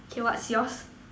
K what's yours